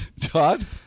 Todd